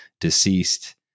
deceased